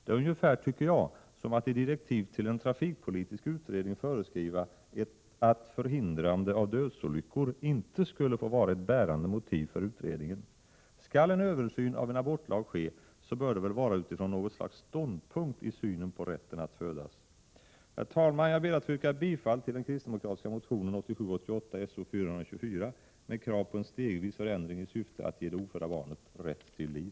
Det är ungefär som att i direktiv till en trafikpolitisk utredning föreskriva att ”förhindrande av dödsolyckor” inte skulle få vara ett bärande motiv för utredningen. Skall en översyn av en abortlag ske, bör det väl vara utifrån något slags ståndpunkt i synen på rätten att födas. Herr talman! Jag ber att få yrka bifall till den kristdemokratiska motionen 1987/88:S0424 med krav på en stegvis förändring i syfte att ge det ofödda barnet rätt till liv.